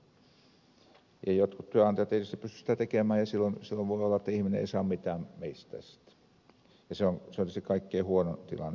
jotkut työnantajat eivät tietysti pysty sitä tekemään ja silloin voi olla että ihminen ei saa mitään mistään sitten ja se olisi kaikkein huonoin tilanne